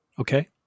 Okay